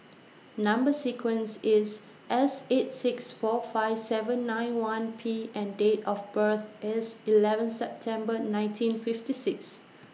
Number sequence IS S eight six four five seven nine one P and Date of birth IS eleven September nineteen fifty six